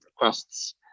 requests